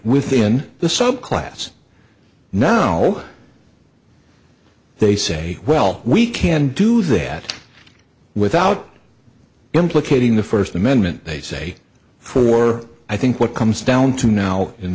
within the so class no they say well we can do that without implicating the first amendment they say for i think what comes down to now